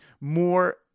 more